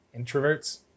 introverts